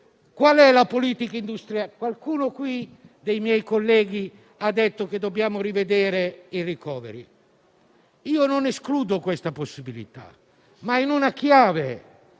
Qual è la politica industriale? Qualcuno dei colleghi ha detto che dobbiamo rivedere il *recovery*. Non escludo questa possibilità, ma in una chiave: